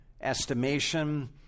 estimation